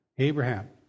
Abraham